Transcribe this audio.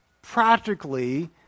practically